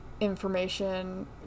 information